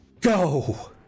go